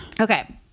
Okay